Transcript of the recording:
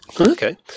okay